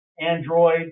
Android